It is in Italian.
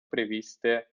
previste